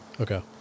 Okay